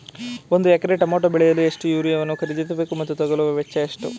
ಒಂದು ಎಕರೆ ಟಮೋಟ ಬೆಳೆಯಲು ಎಷ್ಟು ಯೂರಿಯಾವನ್ನು ಖರೀದಿಸ ಬೇಕು ಮತ್ತು ತಗಲುವ ವೆಚ್ಚ ಎಷ್ಟು?